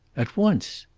at once.